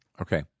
Okay